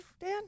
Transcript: Dan